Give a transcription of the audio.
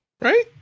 right